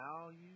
value